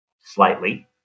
slightly